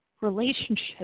relationship